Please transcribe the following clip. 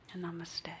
Namaste